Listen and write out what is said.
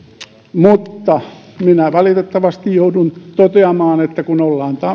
mutta minä valitettavasti joudun toteamaan kun ollaan